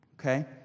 Okay